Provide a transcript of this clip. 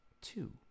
two